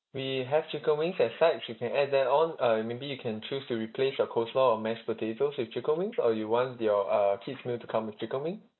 we have chicken wings as sides you can add that on uh maybe you can choose to replace your coleslaw or mashed potatoes with chicken wings or you want your uh kid's meal to come with chicken wing